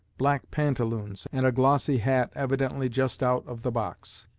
black pantaloons, and a glossy hat evidently just out of the box.